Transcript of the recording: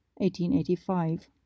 1885